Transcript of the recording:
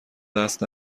دست